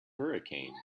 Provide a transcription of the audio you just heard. hurricanes